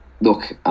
look